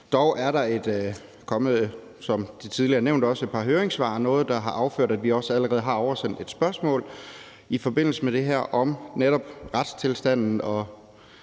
er blevet nævnt – noget, der har affødt, at vi også allerede har oversendt et spørgsmål i forbindelse med det her om netop retstilstanden og